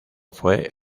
fue